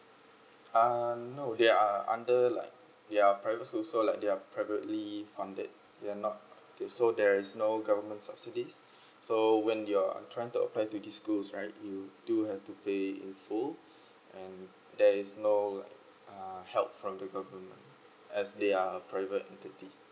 uh no they are under like they're private school so like they are privately funded they are not so there's no government subsidies so when you are trying to apply to this schools right you do have to pay in full and there's no like uh help from the government as they are uh private entity